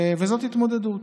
זאת התמודדות,